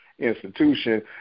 institution